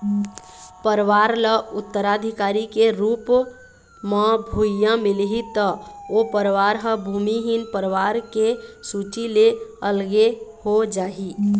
परवार ल उत्तराधिकारी के रुप म भुइयाँ मिलही त ओ परवार ह भूमिहीन परवार के सूची ले अलगे हो जाही